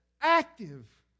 active